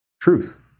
truth